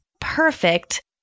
perfect